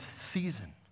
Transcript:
season